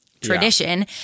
tradition